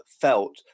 felt